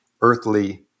earthly